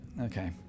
Okay